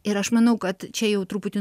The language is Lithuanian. ir aš manau kad čia jau truputį